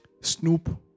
Snoop